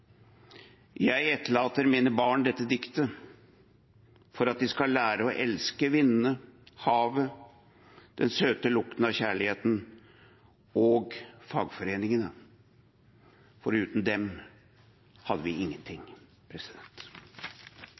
Jeg etterlater mine barn dette diktet for at de skal lære å elske vindene, havet, den søte lukten av stor kjærlighet, – og fagforeningene. Uten dem hadde vi ingenting.»